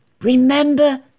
Remember